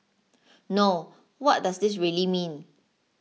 no what does this really mean